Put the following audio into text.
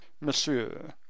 monsieur